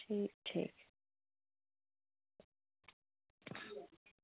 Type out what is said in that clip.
ठीक ठीक